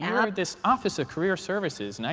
um but this office of career services,